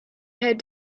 had